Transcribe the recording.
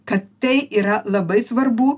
kad tai yra labai svarbu